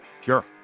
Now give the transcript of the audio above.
Sure